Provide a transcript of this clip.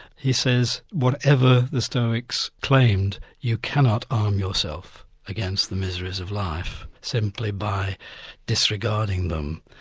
he says whatever the stoics claimed, you cannot arm yourself against the miseries of life simply by disregarding them.